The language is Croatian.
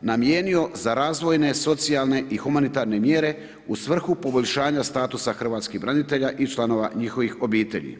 namijenio za razvojne, socijalne i humanitarne mjere u svrhu poboljšanju statusa hrvatskih branitelja i članova njihovih obitelji.